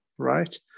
right